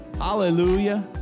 Hallelujah